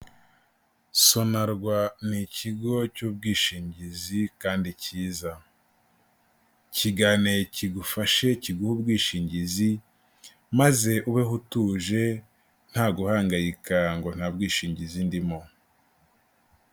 Sonarwa n'ikigo cy'ubwishingizi kandi cyiza, kigane kigufashe kiguhe ubwishingizi maze ubeho utuje nta guhangayika ngo nta bwishingizi ndimo.